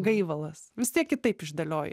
gaivalas vis tiek kitaip išdėlioji